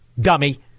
Dummy